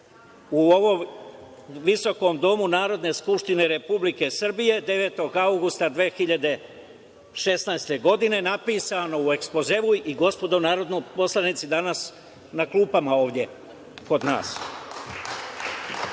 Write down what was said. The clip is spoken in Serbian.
u ovom visokom domu Narodne skupštine Republike Srbije 9. avgusta 2016. godine, napisano u ekspozeu i, gospodo narodni poslanici, danas na klupama je ovde kod